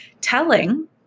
telling